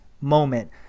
moment